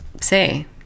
say